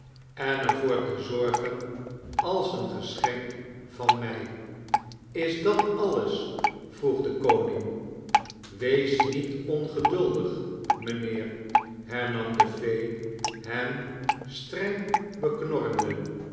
en er voor te zorgen als een geschenk van mij m is dat alles vroeg de koning wees niet ongeduldig mynheer hernam de fee hem streng beknorrende